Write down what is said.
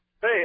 Hey